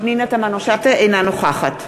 אינה נוכחת